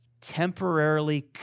temporarily